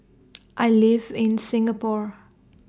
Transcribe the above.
I live in Singapore